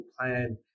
plan